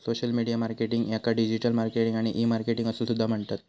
social media marketing याका digital marketing आणि e marketing असो सुद्धा म्हणतत